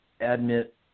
admit